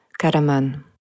Karaman